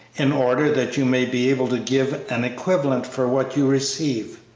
in order that you may be able to give an equivalent for what you receive.